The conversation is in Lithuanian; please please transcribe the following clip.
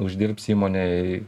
uždirbs įmonei